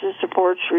supports